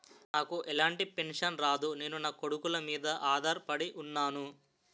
నాకు ఎలాంటి పెన్షన్ రాదు నేను నాకొడుకుల మీద ఆధార్ పడి ఉన్నాను